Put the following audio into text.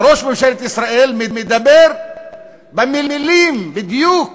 וראש ממשלת ישראל מדבר במילים האלה בדיוק